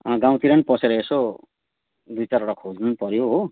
गाउँतिर नि पसेर यसो दुईचारवटा खोज्नु नि पऱ्यो हो